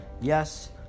Yes